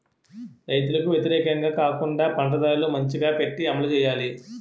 రైతులకు వ్యతిరేకంగా కాకుండా పంట ధరలు మంచిగా పెట్టి అమలు చేయాలి